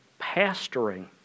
pastoring